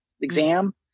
exam